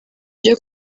ryo